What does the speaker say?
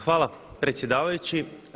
Hvala predsjedavajući.